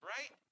Right